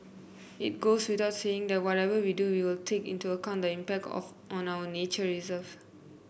it goes without saying that whatever we do we will take into account the impact on our nature reserves